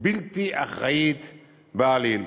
בלתי אחראית בעליל.